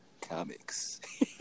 comics